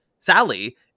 Sally